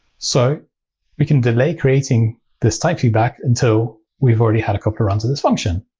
so we can delay creating this type feedback until we've already had a couple runs of this function,